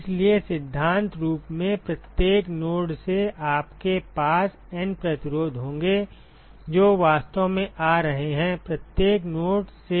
इसलिए सिद्धांत रूप में प्रत्येक नोड से आपके पास N प्रतिरोध होंगे जो वास्तव में आ रहे हैं प्रत्येक नोड से